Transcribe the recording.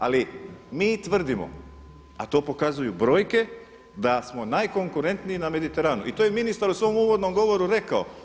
Ali mi tvrdimo, a to pokazuju brojke, da smo najkonkurentniji na Mediteranu, i to je ministar u svom uvodnom govoru rekao.